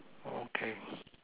okay